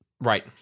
Right